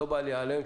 לא בא לי עליהם,